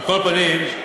פנים,